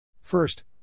First